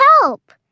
help